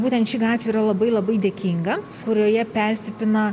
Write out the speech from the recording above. būtent ši gatvė yra labai labai dėkinga kurioje persipina